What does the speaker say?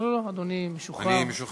לא, אדוני משוחרר.